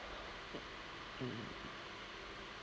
mm